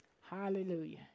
Hallelujah